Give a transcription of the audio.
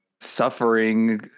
suffering